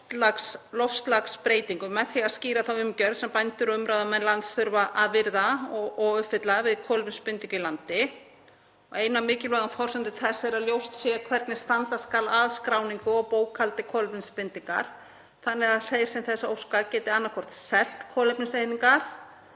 loftslagsbreytingum með því að skýra þá umgjörð sem bændur og umráðamenn lands þurfa að virða og uppfylla við kolefnisbindingu í landi. Ein af mikilvægum forsendum þess er að ljóst sé hvernig standa skal að skráningu og bókhaldi kolefnisbindingar þannig að þeir sem þess óska geti annaðhvort selt kolefniseiningar